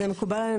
וזה מקובל עלינו.